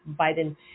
Biden